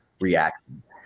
reactions